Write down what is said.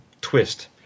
twist